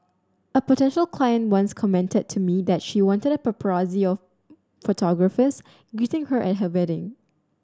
a potential client once commented to me that she wanted a paparazzi of photographers greeting her at her wedding